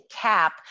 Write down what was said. cap